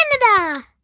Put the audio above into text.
Canada